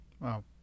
Wow